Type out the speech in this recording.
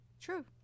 True